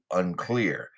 unclear